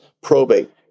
probate